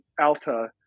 alta